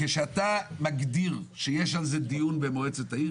כשאתה מגדיר שיש על זה דיון במועצת העיר,